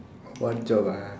what job ah